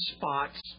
spots